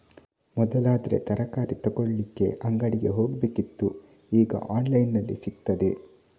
ಮೊದಲಾದ್ರೆ ತರಕಾರಿ ತಗೊಳ್ಳಿಕ್ಕೆ ಅಂಗಡಿಗೆ ಹೋಗ್ಬೇಕಿತ್ತು ಈಗ ಆನ್ಲೈನಿನಲ್ಲಿ ಸಿಗ್ತದೆ